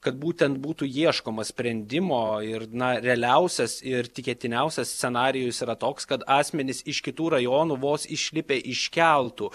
kad būtent būtų ieškoma sprendimo ir na realiausias ir tikėtiniausias scenarijus yra toks kad asmenys iš kitų rajonų vos išlipę iš keltų